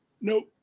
Nope